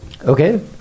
Okay